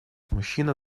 мужчина